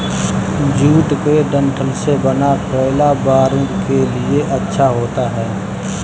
jute के डंठल से बना कोयला बारूद के लिए अच्छा होता है